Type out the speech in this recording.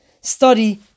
study